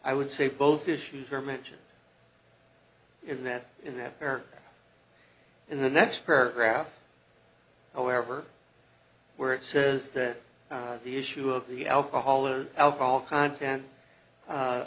i would say both issues are mentioned in that in that area in the next paragraph however where it says that the issue of the alcohol or alcohol content